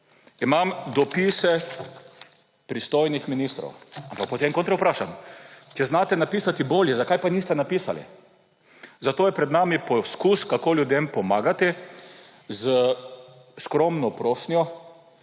Imam dopise pristojnih ministrov. Ampak potem kontra vprašam. Če znate napisati bolje, zakaj pa niste napisali? Zato je pred nami poskus, kako ljudem pomagati, s skromno prošnjo